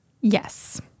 yes